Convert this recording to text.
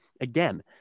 again